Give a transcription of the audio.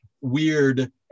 weird